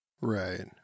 Right